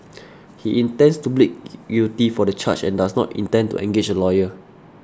he intends to plead guilty for the charge and does not intend to engage a lawyer